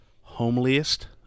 homeliest